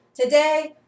Today